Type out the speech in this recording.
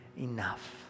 enough